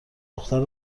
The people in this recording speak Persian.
دختر